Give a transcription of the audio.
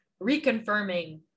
reconfirming